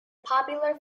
popular